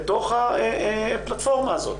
בתוך הפלטפורמה הזאת.